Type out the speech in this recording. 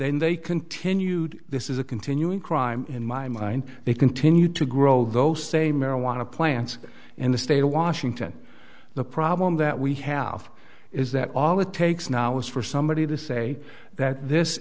then they continued this is a continuing crime in my mind they continued to grow those same marijuana plants in the state of washington the problem that we have is that all it takes now is for somebody to say that this